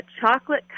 chocolate